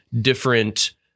different